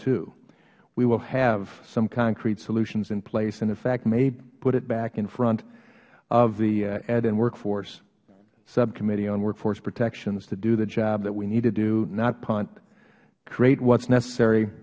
to we will have some concrete solutions in place and in fact may put it back in front of the ed and workforce subcommittee on workforce protections to do the job that we need to do not punt create what is necessary